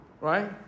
right